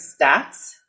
stats